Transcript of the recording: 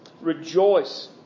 Rejoice